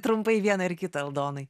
trumpai vieną ir kitą aldonai